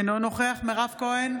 אינו נוכח מירב כהן,